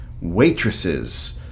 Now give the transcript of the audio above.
Waitresses